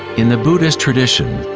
in the buddhist tradition,